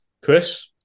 Chris